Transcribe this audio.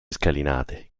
scalinate